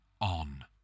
on